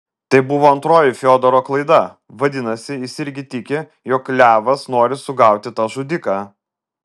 tai buvo antroji fiodoro klaida vadinasi jis irgi tiki jog levas nori sugauti tą žudiką